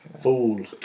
Fool